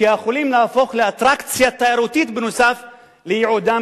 שיכולים להפוך לאטרקציה תיירותית נוסף על ייעודם